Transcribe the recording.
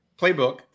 playbook